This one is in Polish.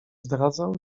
zdradzał